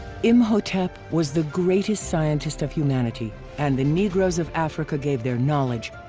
imhotep was the greatest scientist of humanity and the negroes of africa gave their knowledge,